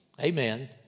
Amen